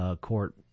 court